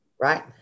Right